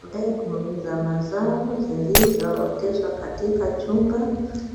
Mbegu za mazao zilizooteshwa katika chumba